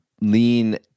lean